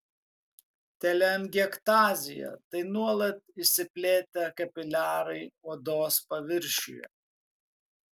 teleangiektazija tai nuolat išsiplėtę kapiliarai odos paviršiuje